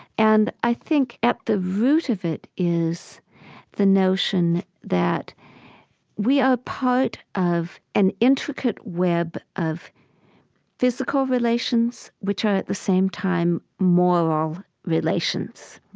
and i think at the root of it is the notion that we are a part of an intricate web of physical relations, which are at the same time moral relations